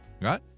right